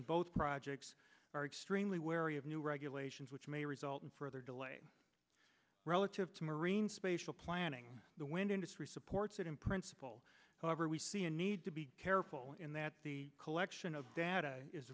in both projects are extremely wary of new regulations which may result in further delay relative to marine spatial planning the wind industry supports it in principle however we see a need to be careful in that the collection of data is